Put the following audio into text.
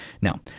Now